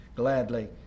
gladly